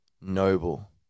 noble